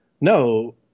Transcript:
no